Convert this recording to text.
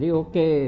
okay